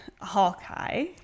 Hawkeye